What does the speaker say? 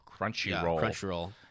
Crunchyroll